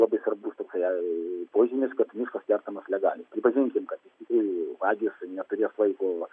labai svarbus toksai požymis kad miškas kertamas legaliai pripažinkim kad iš tikrųjų vagys neturės laiko